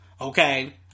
okay